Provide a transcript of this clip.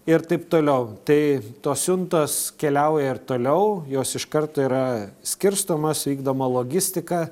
ir taip toliau tai tos siuntos keliauja ir toliau jos iš kart yra skirstomos vykdoma logistika